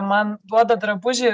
man duoda drabužį